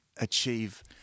achieve